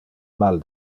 mal